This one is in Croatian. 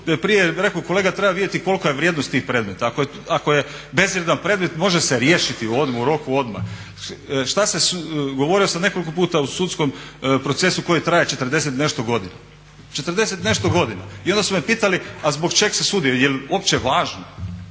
je rekao kolega treba vidjeti kolika je vrijednost tih predmeta, ako je bezvrijedan predmet može se riješiti u roku odmah. Govorio sam nekoliko puta o sudskom procesu koji traje 40 i nešto godina i onda su me pitali a zbog čeg se sudilo. Je l' uopće važno